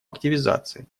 активизации